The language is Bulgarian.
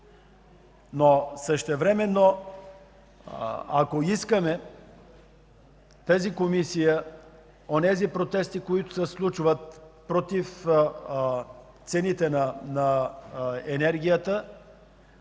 В същото време, ако искаме онези протести, които се случват против цените на енергията,